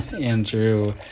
Andrew